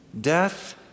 Death